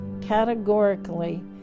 categorically